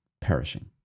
perishing